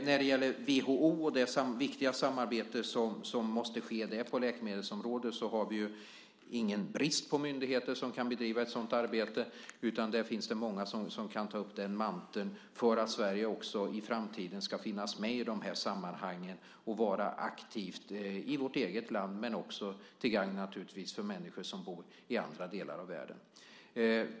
När det gäller WHO och det viktiga samarbete som måste ske på läkemedelsområdet har vi ingen brist på myndigheter som kan bedriva ett sådant arbete, utan där finns det många som kan ta upp den manteln för att Sverige också i framtiden ska finnas med i de här sammanhangen och vara aktivt, i vårt eget land men också naturligtvis till gagn för människor som bor i andra delar av världen.